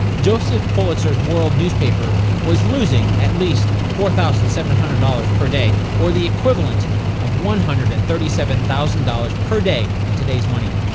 joseph pulitzer's world newspaper was losing at least four thousand seven hundred dollars per day, or the equivalent of one hundred and thirty seven thousand dollars per day in today's money.